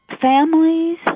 families